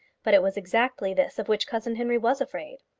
but it was exactly this of which cousin henry was afraid.